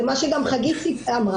זה גם מה שחגית אמרה.